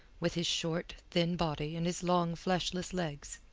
with his short, thin body, and his long, fleshless legs.